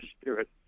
spirit